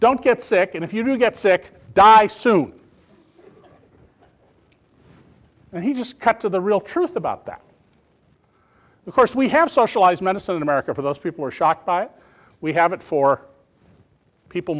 don't get sick and if you do get sick die soon and he just cut to the real truth about that of course we have socialized medicine in america for those people are shocked by it we have it for people